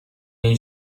این